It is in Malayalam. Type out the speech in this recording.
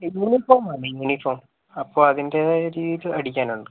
യൂണിഫോമാണേ യൂണിഫോം അപ്പൊൾ അതിൻറ്റേതായ രീതിയില് അടിക്കാനുണ്ട്